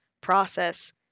process